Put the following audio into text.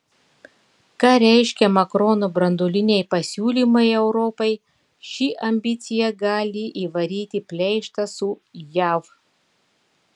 ką reiškia makrono branduoliniai pasiūlymai europai ši ambicija gali įvaryti pleištą su jav